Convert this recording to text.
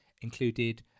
included